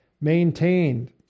maintained